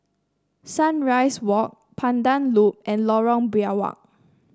Sunrise Walk Pandan Loop and Lorong Biawak